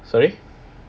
sorry